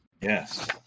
Yes